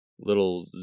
little